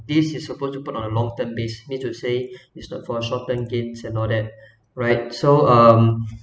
this is supposed to put on a long term based need to say it's for the short term gain and all that right so um